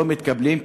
לא מתקבלים,